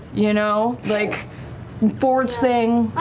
you know, like fjord's thing.